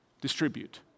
distribute